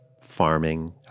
farming